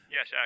Yes